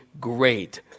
great